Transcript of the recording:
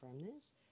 firmness